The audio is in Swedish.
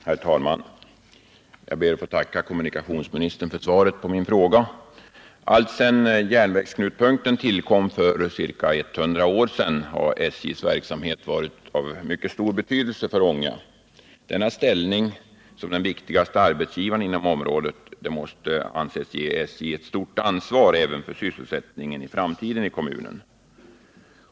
Herr talman! Jag ber att få tacka kommunikationsministern för svaret på min fråga. Alltsedan järnvägsknutpunkten tillkom för ca 100 år sedan har SJ:s verksamhet varit av mycket stor betydelse för Ånge. Denna ställning som den viktigaste arbetsgivaren inom området måste anses ge SJ ett stort ansvar för sysselsättningen i kommunen även i framtiden.